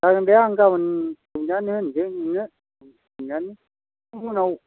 जागोन दे आं गाबोन दिहुननानै होनोसै नोंनो